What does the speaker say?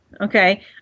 okay